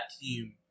team